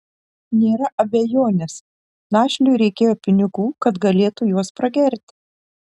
nėra abejonės našliui reikėjo pinigų kad galėtų juos pragerti